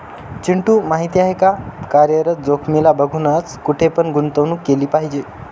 चिंटू माहिती आहे का? कार्यरत जोखीमीला बघूनच, कुठे पण गुंतवणूक केली पाहिजे